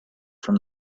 from